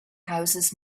houses